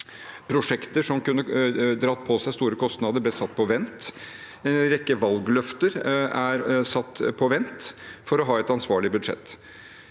prosjekter som kunne pådratt seg store kostnader, ble satt på vent. En rekke valgløfter er satt på vent for å ha et ansvarlig budsjett.